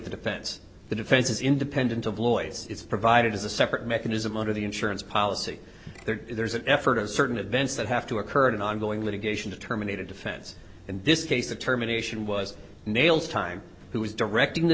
the defense the defense is independent of lawyers is provided as a separate mechanism under the insurance policy there's an effort of certain events that have to occur in an ongoing litigation to terminate a defense in this case the terminations was nails time who was directing the